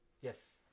Yes